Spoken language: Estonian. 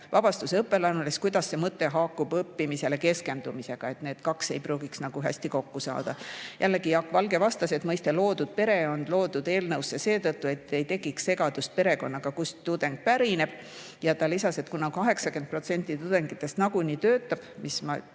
[tagasimaksmisest], siis kuidas see mõte haakub õppimisele keskendumisega. Need kaks ei pruugi nagu hästi kokku [klappida]. Jaak Valge vastas, et mõiste "loodud pere" on toodud eelnõusse seetõttu, et ei tekiks segiajamist perekonnaga, kust tudeng pärineb. Ta lisas, et kuna 80% tudengitest nagunii töötab – mis